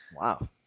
Wow